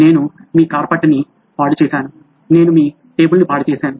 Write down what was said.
నేను మీ కార్పెట్ ను పాడు చేశాను నేను మీ టేబుల్ను పాడు చేశాను